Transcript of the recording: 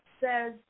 says